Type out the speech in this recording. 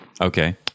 Okay